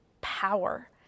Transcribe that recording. power